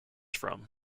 from